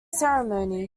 ceremony